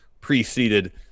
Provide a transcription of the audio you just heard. preceded